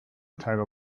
title